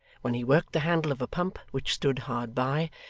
when he worked the handle of a pump which stood hard by,